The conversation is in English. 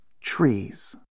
trees